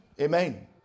Amen